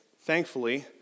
thankfully